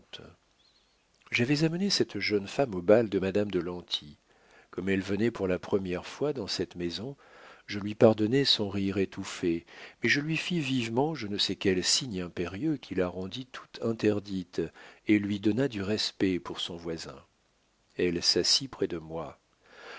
j'avais amené cette jeune femme au bal de madame de lanty comme elle venait pour la première fois dans cette maison je lui pardonnai son rire étouffé mais je lui fis vivement je ne sais quel signe impérieux qui la rendit tout interdite et lui donna du respect pour son voisin elle s'assit près de moi